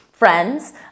friends